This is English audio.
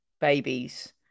babies